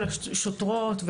לשוטרות,